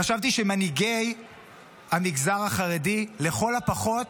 חשבתי שמנהיגי המגזר החרדי לכל הפחות